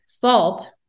fault